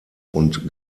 und